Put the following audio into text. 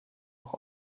noch